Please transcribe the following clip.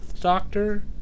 Doctor